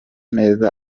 neza